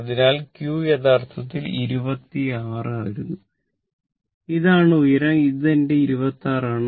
അതിനാൽ q യഥാർത്ഥത്തിൽ 26 വരുന്നു ഇതാണ് ഉയരം എന്റെ 26 ആണ്